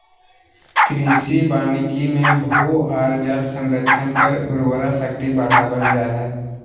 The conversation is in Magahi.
कृषि वानिकी मे भू आर जल संरक्षण कर उर्वरा शक्ति बढ़ावल जा हई